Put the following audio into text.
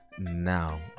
now